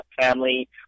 family